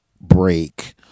break